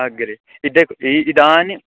अग्रे इदक् इ इदानीम्